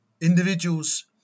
individuals